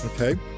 Okay